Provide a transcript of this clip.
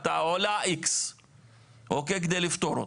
היא עולה X כדי לפתור אותה,